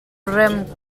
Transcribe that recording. remh